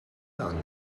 done